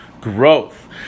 growth